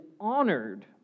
honored